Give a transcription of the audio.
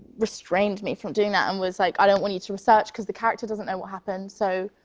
restrained me from doing that and was like, i don't want you to research cause the character doesn't know what happened. so,